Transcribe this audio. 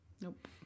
Nope